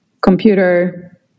computer